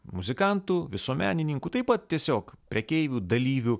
muzikantų visuomenininkų taip pat tiesiog prekeivių dalyvių